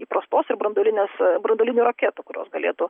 įprastos ir branduolinės branduolinių raketų kurios galėtų